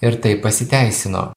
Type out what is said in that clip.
ir tai pasiteisino